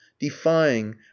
defying